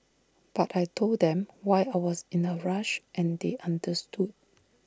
but I Told them why I was in A rush and they understood